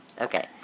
Okay